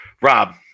Rob